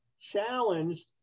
challenged